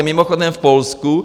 Mimochodem v Polsku